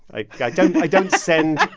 i don't i don't send.